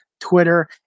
Twitter